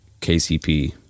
KCP